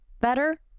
better